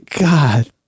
God